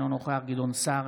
אינו נוכח גדעון סער,